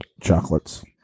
chocolates